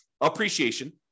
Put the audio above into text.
Appreciation